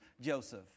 Joseph